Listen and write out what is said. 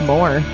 More